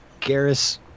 Garrus